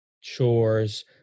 chores